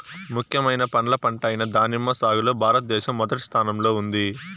ముఖ్యమైన పండ్ల పంట అయిన దానిమ్మ సాగులో భారతదేశం మొదటి స్థానంలో ఉంది